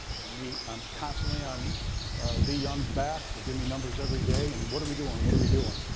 i mean i'm constantly on lee young's back to give me numbers every day. and what are we doing, what are we doing?